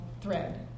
thread